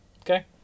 Okay